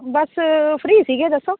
ਬਸ free ਸੀਗੇ ਦੱਸੋ